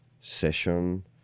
session